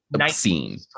obscene